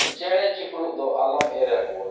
ᱪᱮᱬᱮ ᱪᱤᱯᱨᱩᱫ ᱫᱚ ᱟᱞᱚᱢ ᱮᱲᱮ ᱠᱚᱣᱟ